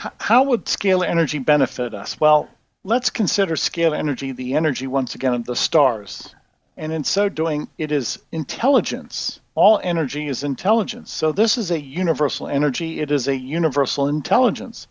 how would scale energy benefit us well let's consider scale energy the energy once again of the stars and in so doing it is intelligence all energy is intelligence so this is a universal energy it is a universal intelligence